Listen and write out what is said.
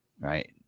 right